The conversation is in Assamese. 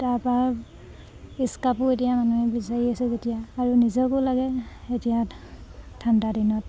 তাৰপা ইস্কাপো এতিয়া মানুহে বিচাৰি আছে যেতিয়া আৰু নিজকো লাগে এতিয়া ঠাণ্ডা দিনত